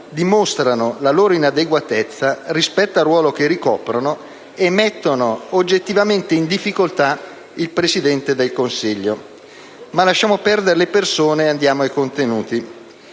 dimostrano la loro inadeguatezza rispetto al ruolo che ricoprono e mettono oggettivamente in difficoltà il Presidente del Consiglio. Ma lasciamo perdere le persone e andiamo ai contenuti.